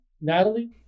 Natalie